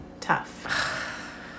tough